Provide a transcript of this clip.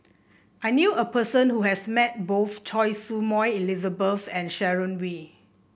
I knew a person who has met both Choy Su Moi Elizabeth and Sharon Wee